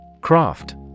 Craft